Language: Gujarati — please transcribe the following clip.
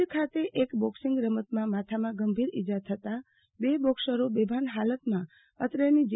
ભુજ ખાતે એક બોક્સિંગ રમતમાં માથામાં ગંભીર ઈજ્જા થતા બે બોક્સરો બેભાન હાલતમાં અત્રેની જી